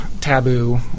taboo